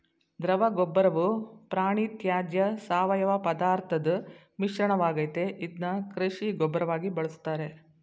ದ್ರವಗೊಬ್ಬರವು ಪ್ರಾಣಿತ್ಯಾಜ್ಯ ಸಾವಯವಪದಾರ್ಥದ್ ಮಿಶ್ರಣವಾಗಯ್ತೆ ಇದ್ನ ಕೃಷಿ ಗೊಬ್ಬರವಾಗಿ ಬಳುಸ್ತಾರೆ